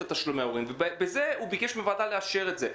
תשלומי ההורים ובטענה הזאת הוא ביקש מן הוועדה לאשר אותם.